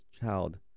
child